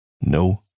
No